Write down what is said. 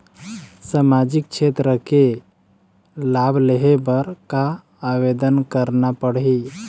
सामाजिक क्षेत्र के लाभ लेहे बर का आवेदन करना पड़ही?